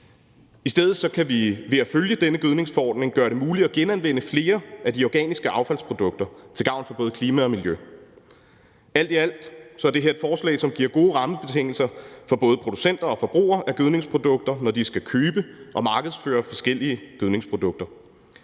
I stedet kan vi ved at følge denne gødningsforordning gøre det muligt at genanvende flere af de organiske affaldsprodukter til gavn for både klima og miljø. Alt i alt er det her et forslag, som giver gode rammebetingelser for både producenter og forbrugere af gødningsprodukter, når de skal markedsføre og købe forskellige gødningsprodukter.